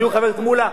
חבר הכנסת מולה,